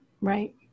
right